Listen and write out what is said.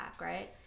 right